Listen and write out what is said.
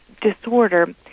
disorder